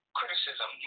criticism